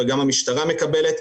וגם המשטרה מקבלת,